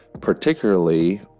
particularly